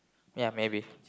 ya maybe